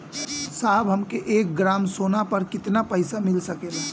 साहब हमके एक ग्रामसोना पर कितना पइसा मिल सकेला?